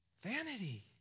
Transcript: Vanity